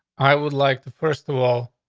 i would like to first of all,